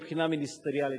מבחינה מיניסטריאלית.